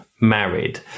married